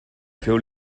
feu